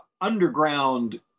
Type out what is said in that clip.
underground